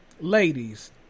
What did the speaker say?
Ladies